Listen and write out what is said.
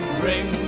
bring